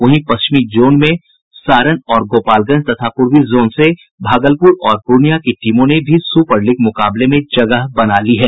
वहीं पश्चिमी जोन से सारण और गोपालगंज तथा पूर्वी जोन से भागलपुर और पूर्णिया की टीमों ने भी सूपर लीग के मुकाबले में जगह बना ली है